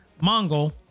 Mongol